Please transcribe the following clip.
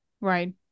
right